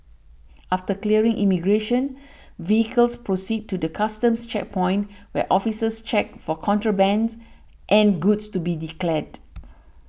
after clearing immigration vehicles proceed to the Customs checkpoint where officers check for contrabands and goods to be declared